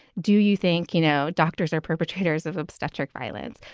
do you think, you know, doctors are perpetrators of obstetric violence?